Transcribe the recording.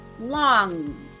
long